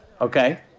Okay